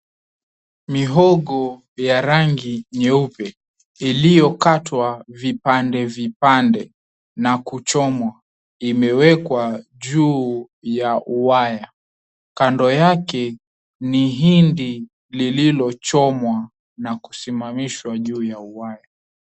Mihogo ya rangi nyeupe iliyokatwa vipande vipande na kuchomwa imewekwa juu ya waya. Kando yake ni hindi lililochomwa na kusimamishwa juu ya waya.